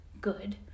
good